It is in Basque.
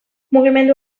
mugimendu